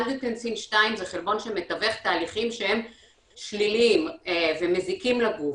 אנגיוטנסין 2 זה חלבון שמתווך תהליכים שליליים ומזיקים לגוף,